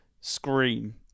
Scream